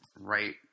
right